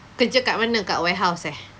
kerja kat mana kat warehouse eh